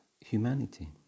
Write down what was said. humanity